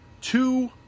two